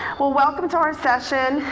well, welcome to our session.